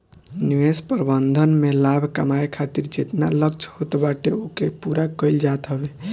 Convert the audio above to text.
निवेश प्रबंधन में लाभ कमाए खातिर जेतना लक्ष्य होत बाटे ओके पूरा कईल जात हवे